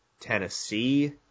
Tennessee